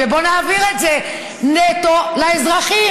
ובואו נעביר את זה נטו לאזרחים.